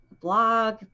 blog